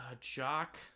Jock